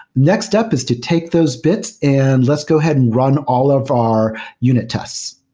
next step is to take those bits and let's go ahead and run all of our unit tests,